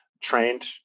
trained